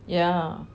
yeah